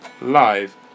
Live